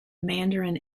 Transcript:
mandarin